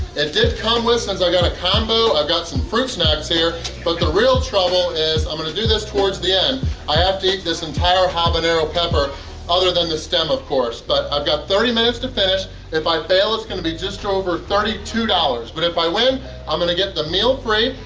it did come with since i got a combo, i've got some fruit snacks here! but the real trouble is i'm gonna do this towards the end i have to eat this entire habanero pepper other than the stem, of course! but i've got thirty minutes to finish if i fail it's going to be just over thirty two dollars, but if i win i'm gonna get the meal free,